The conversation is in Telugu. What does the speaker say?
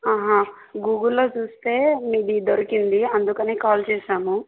గూగుల్లో చూస్తే మీది దొరికింది అందుకనే కాల్ చేసాము